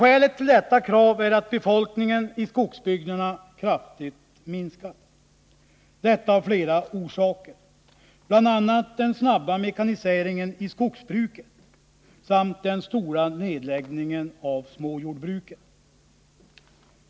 Skälet till detta krav är att befolkningen i skogsbygderna kraftigt har minskat. Detta har skett av flera orsaker, bl.a. den snabba mekaniseringen i skogsbruket samt den stora nedläggningen av småjordbruken.